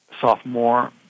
sophomore